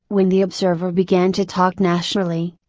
when the observer began to talk naturally,